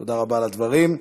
תודה רבה על הדברים.